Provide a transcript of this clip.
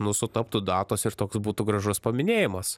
nu sutaptų datos ir toks būtų gražus paminėjimas